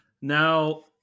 Now